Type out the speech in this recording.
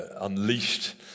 unleashed